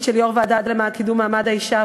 של יו"ר הוועדה למען קידום מעמד האישה,